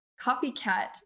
copycat